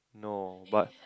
no but